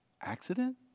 Accident